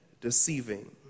deceiving